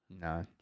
no